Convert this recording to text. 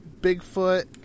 Bigfoot